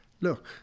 look